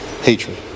hatred